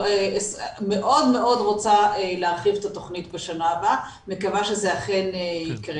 אני מאוד מאוד רוצה להרחיב את התכנית בשנה הבאה ומקווה שזה אכן יקרה.